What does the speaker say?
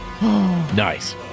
Nice